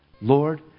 Lord